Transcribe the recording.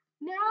now